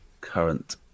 current